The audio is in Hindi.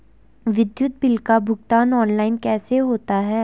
विद्युत बिल का भुगतान ऑनलाइन कैसे होता है?